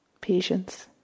patience